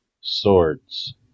swords